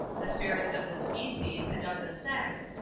the fairest of the species, and of the sex,